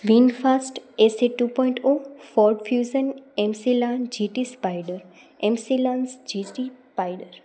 VinFast SA two point O Ford Fusion Epsilon GT Spider Epsilon GT spider